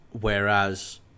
Whereas